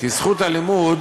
שזכות הלימוד